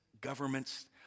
governments